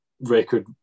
Record